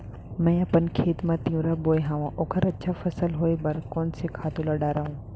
मैं अपन खेत मा तिंवरा बोये हव ओखर अच्छा फसल होये बर कोन से खातू ला डारव?